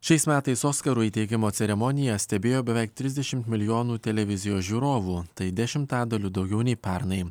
šiais metais oskarų įteikimo ceremoniją stebėjo beveik trisdešimt milijonų televizijos žiūrovų tai dešimtadaliu daugiau nei pernai